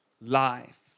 life